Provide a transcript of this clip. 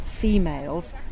Females